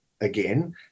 again